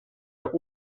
der